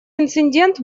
инцидент